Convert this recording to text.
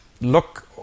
look